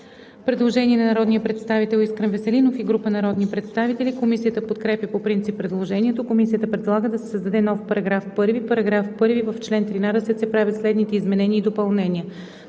Предложение на народния представител Искрен Веселинов и група народни представители. Комисията подкрепя по принцип предложението. Комисията предлага да се създаде нов § 1: „§ 1. В чл. 13 се правят следните изменения и допълнения: